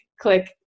click